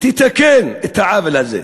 תתקן את העוול הזה,